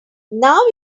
now